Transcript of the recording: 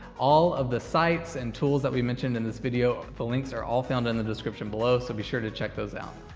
all of the sites and tools we mentioned in this video the links are all found in the description below, so be sure to check those out.